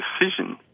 decision